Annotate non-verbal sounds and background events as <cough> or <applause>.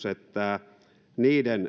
<unintelligible> että koska niiden